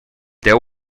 there